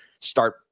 start